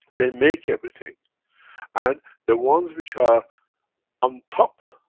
they make everything and the ones which are on top,